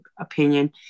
opinion